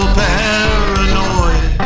paranoid